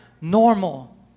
normal